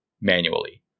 manually